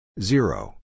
Zero